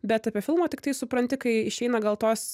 bet apie filmą tiktai supranti kai išeina gal tos